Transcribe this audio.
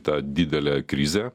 tą didelę krizę